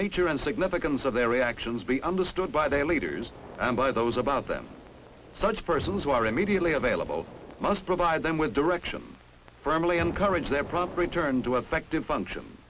nature and significance of their reactions be understood by their leaders and by those about them such persons who are immediately available must provide them with direction firmly encourage their proper in turn to affect in function